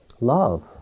love